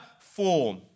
form